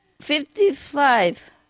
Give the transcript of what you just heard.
Fifty-five